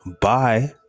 Bye